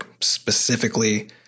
specifically